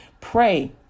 Pray